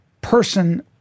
person